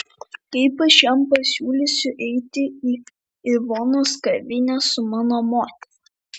kaip aš jam pasiūlysiu eiti į ivonos kavinę su mano motina